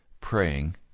praying